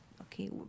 okay